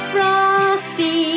Frosty